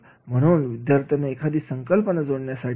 यामधून विद्यार्थ्यांना एखादी संकल्पना जोडण्यासाठी